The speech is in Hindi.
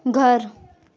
घर